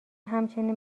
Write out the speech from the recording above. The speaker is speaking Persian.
همچنین